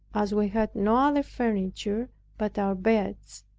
as we had no other furniture but our beds,